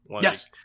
Yes